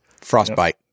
Frostbite